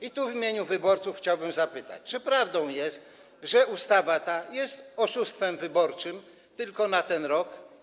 I tu w imieniu wyborców chciałbym zapytać: Czy prawdą jest, że ta ustawa jest oszustwem wyborczym tylko na ten rok?